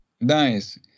Nice